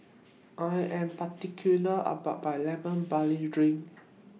I Am particular about My Lemon Barley Drink